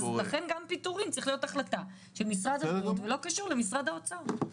לכן גם פיטורים צריכה להיות החלטה של משרד הבריאות בלי קשר למשרד האוצר.